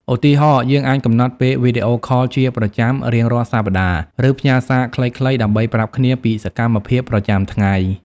ឧទាហរណ៍ យើងអាចកំណត់ពេលវីដេអូខលជាប្រចាំរៀងរាល់សប្តាហ៍ ឬផ្ញើសារខ្លីៗដើម្បីប្រាប់គ្នាពីសកម្មភាពប្រចាំថ្ងៃ។